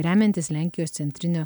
remiantis lenkijos centrinio